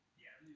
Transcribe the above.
yeah.